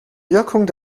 wirkung